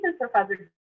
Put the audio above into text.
Professor